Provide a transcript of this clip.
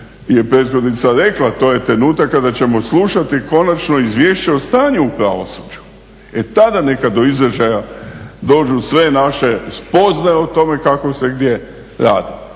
je prethodnica rekla, to je trenutak kada ćemo slušati konačno izvješće o stanju u pravosuđu. E tada neka do izražaja dođu sve naše spoznaje o tome kako se gdje radi.